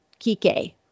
Kike